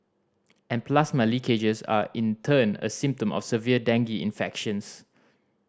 and plasma leakages are in turn a symptom of severe dengue infections